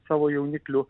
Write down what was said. savo jauniklių